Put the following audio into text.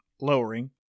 lowering